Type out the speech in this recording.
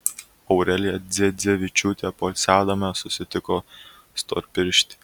aurelija dzedzevičiūtė poilsiaudama susitiko storpirštį